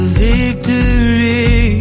victory